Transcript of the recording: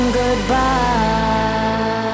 goodbye